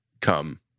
come